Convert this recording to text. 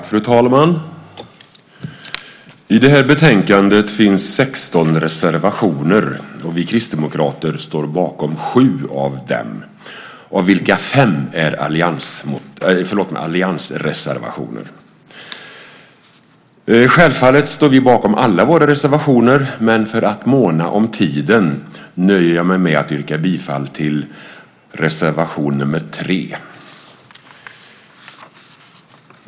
Fru talman! I det här betänkandet finns 16 reservationer, och vi kristdemokrater står bakom sju av dem, av vilka fem är alliansreservationer. Självfallet står vi bakom alla våra reservationer, men för att måna om tiden nöjer jag mig med att yrka bifall till reservation nr 3.